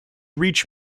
reach